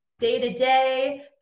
Day-to-day